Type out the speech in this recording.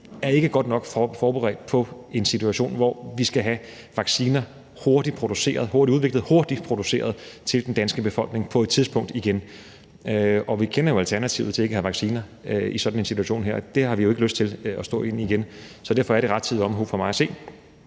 vi ikke er godt nok forberedte på en situation, hvor vi skal have vacciner hurtigt udviklet og hurtigt produceret til den danske befolkning på et tidspunkt igen. Vi kender jo alternativet til ikke at have vacciner i sådan en situation, og den har vi ikke lyst til at stå i igen. Så derfor er der for mig at se